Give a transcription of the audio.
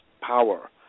power